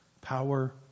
power